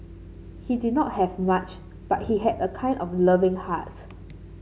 he did not have much but he had a kind and loving heart